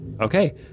Okay